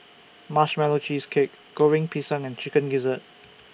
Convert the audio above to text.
Marshmallow Cheesecake Goreng Pisang and Chicken Gizzard